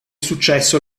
successo